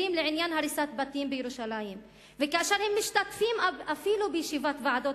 לעניין הריסת בתים בירושלים וכאשר הם משתתפים אפילו בישיבות ועדות